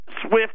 SWIFT